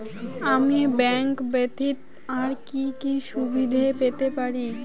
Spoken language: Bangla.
আমি ব্যাংক ব্যথিত আর কি কি সুবিধে পেতে পারি?